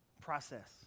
Process